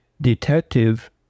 detective